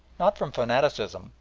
not from fanaticism,